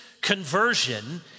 conversion